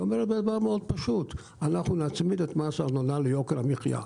והיא אומרת דבר מאוד פשוט: אנחנו נצמיד את מס הארנונה ליוקר המחיה.